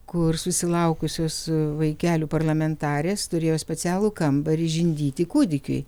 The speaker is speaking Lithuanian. kur susilaukusios vaikelių parlamentarės turėjo specialų kambarį žindyti kūdikiui